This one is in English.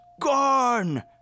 gone